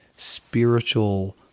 spiritual